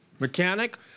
Mechanic